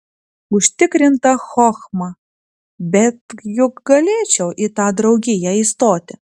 užtikrinta chochma bet juk galėčiau į tą draugiją įstoti